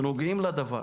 שנוגעים בדבר,